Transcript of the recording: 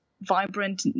vibrant